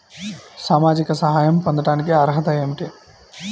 సామాజిక సహాయం పొందటానికి అర్హత ఏమిటి?